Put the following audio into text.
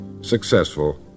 successful